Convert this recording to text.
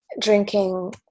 Drinking